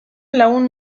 lagun